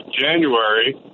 January